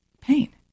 pain